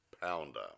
Pounder